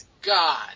God